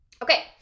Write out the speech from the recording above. Okay